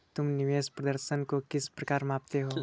तुम निवेश प्रदर्शन को किस प्रकार मापते हो?